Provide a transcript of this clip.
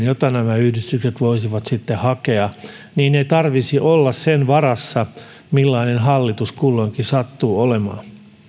jota nämä yhdistykset voisivat sitten hakea niin ei tarvitsisi olla sen varassa millainen hallitus kulloinkin sattuu olemaan